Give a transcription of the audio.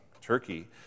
Turkey